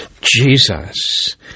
Jesus